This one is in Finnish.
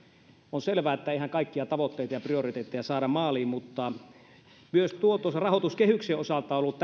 on selvää että eihän kaikkia tavoitteita ja prioriteetteja saada maaliin mutta myös tuotos rahoituskehyksen osalta on ollut